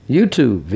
YouTube